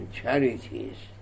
charities